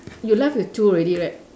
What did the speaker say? you left with two already right